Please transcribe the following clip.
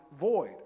void